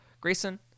Grayson